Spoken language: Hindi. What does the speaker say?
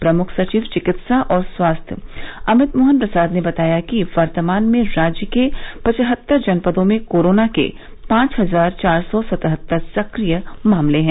प्रमुख सचिव चिकित्सा और स्वास्थ्य अमित मोहन प्रसाद ने बताया कि वर्तमान में राज्य के पचहत्तर जनपदों में कोरोना के पांच हजार चार सौ सतहत्तर सक्रिय मामले हैं